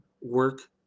work